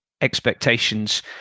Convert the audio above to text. expectations